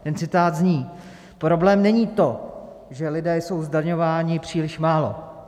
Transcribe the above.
Ten citát zní: Problém není to, že lidé jsou zdaňováni příliš málo.